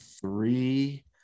three